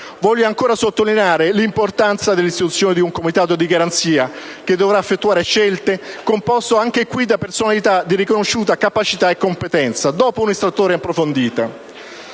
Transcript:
Voglio ancora sottolineare l'importanza dell'istituzione di un comitato di garanzia che dovrà effettuare le scelte, composto anche in questo caso da personalità di riconosciuta capacità e competenza, dopo un'istruttoria approfondita.